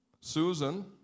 Susan